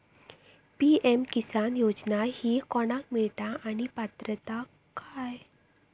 PM किसान योजना ही कोणाक मिळता आणि पात्रता काय?